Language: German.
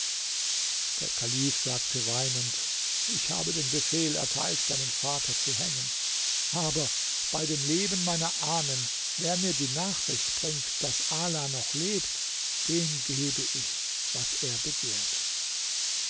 der kalif sagte weinend ich habe den befehl erteilt deinen vater zu hängen aber bei dem leben meiner ahnen wer mir die nachricht bringt daß ala noch lebt dem gebe ich was er begehrt